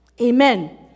Amen